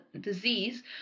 disease